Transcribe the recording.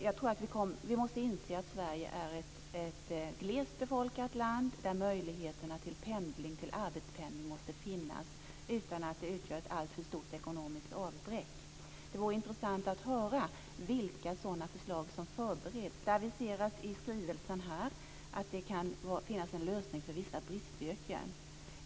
Jag tror att vi måste inse att Sverige är ett glest befolkat land där möjligheterna till arbetspendling måste finnas utan att det utgör ett alltför stort ekonomiskt avbräck. Det vore intressant att höra vilka sådana förslag som förbereds. Det aviseras i skrivningen här att det kan finnas en lösning för vissa bristyrken.